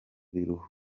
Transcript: birunga